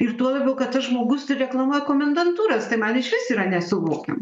ir tuo labiau kad tas žmogus reklamuoja komendantūras tai man išvis yra nesuvokiama